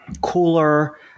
cooler